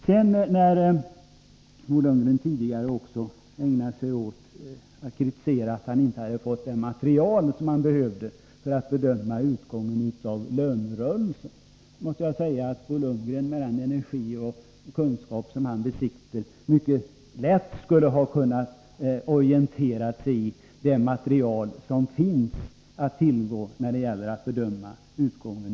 Tidigare under debatten ägnade sig Bo Lundgren åt att kritisera regeringen för att han inte hade fått det material han behövde för att bedöma utgången av lönerörelsen. Jag måste säga att Bo Lundgren, med den energi och kunskap han besitter, mycket lätt skulle ha kunnat orientera sig i det material som finns att tillgå för att göra den bedömningen.